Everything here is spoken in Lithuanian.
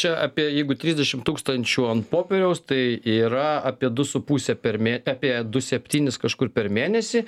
čia apie jeigu trisdešim tūkstančių ant popieriaus tai yra apie du su puse per mė apie du septynis kažkur per mėnesį